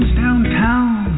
downtown